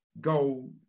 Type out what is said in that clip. go